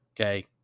Okay